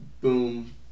boom